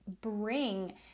bring